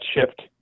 shift